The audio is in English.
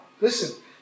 Listen